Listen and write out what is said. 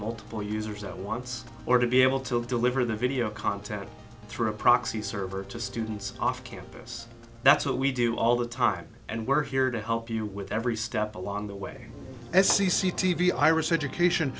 multiple users at once or to be able to deliver the video content through a proxy server to students off campus that's what we do all the time and we're here to help you with every step along the way as c c t v iris education